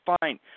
fine